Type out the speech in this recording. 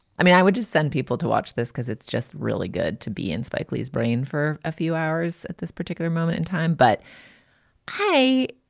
i mean, i would just send people to watch this because it's just really good to be in spike lee's brain for a few hours at this particular moment in time. but hey,